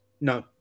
No